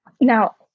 Now